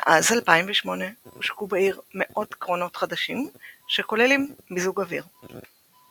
מאז 2008 הושקו בעיר מאות קרונות חדשים שכוללים מיזוג אוויר.